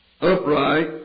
upright